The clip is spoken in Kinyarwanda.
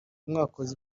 mwakoze